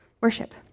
Worship